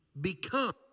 become